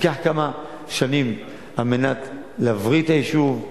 ייקח כמה שנים להבריא את היישוב,